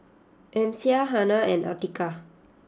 Amsyar Hana and Atiqah